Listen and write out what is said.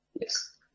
Yes